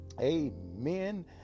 Amen